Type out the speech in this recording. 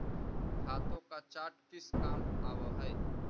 खातों का चार्ट किस काम आवअ हई